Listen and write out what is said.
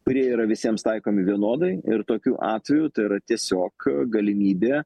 kurie yra visiems taikomi vienodai ir tokiu atveju tai yra tiesiog galimybė